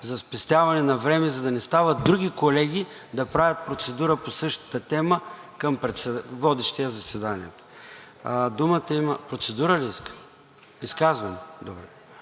за спестяване на време, за да не стават други колеги да правят процедура по същата тема към водещия заседанието. Процедура ли искате? ЦВЕТА